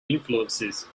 influences